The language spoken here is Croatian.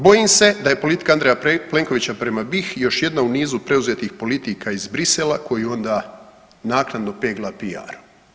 Bojim se da je politika Andreja Plenkovića prema BiH još jedna u nizu preuzetih politika iz Bruxellesa koji onda naknadno pegla PR-om.